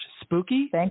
Spooky